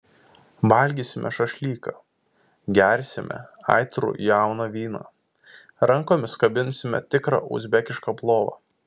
valgysime šašlyką gersime aitrų jauną vyną rankomis kabinsime tikrą uzbekišką plovą